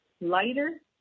lighter